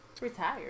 Retired